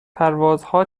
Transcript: پروازها